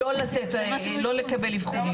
לא לקבל אבחונים.